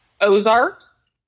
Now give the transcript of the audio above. Ozarks